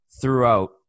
throughout